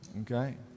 Okay